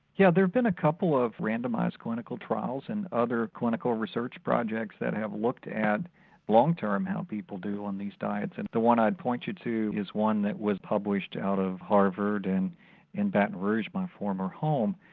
yeah, there have been a couple of randomised clinical trials and other clinical research projects that have looked at long term how people do on these diets and the one i point you to is one that was published out of harvard and in baton rouge, my former home,